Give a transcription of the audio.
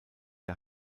der